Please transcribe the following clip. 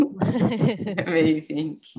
amazing